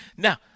Now